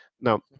now